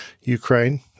Ukraine